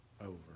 over